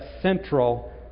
central